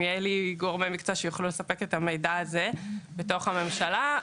יהיו לי גורמי מקצוע שיוכלו לספק את המידע הזה בתוך הממשלה.